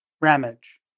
Ramage